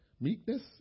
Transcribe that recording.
Meekness